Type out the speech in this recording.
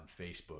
Facebook